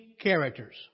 characters